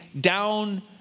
down